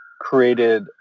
created